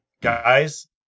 Guys